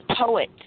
poet